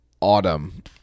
Autumn